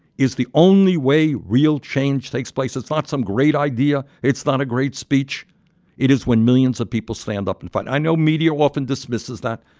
is the only way real change takes place it's not some great idea, it's not a great speech it is when millions of people stand up and fight. i know media often dismisses that,